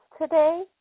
today